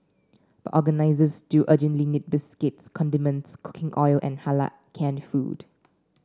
but organisers still urgently need biscuits condiments cooking oil and Halal canned food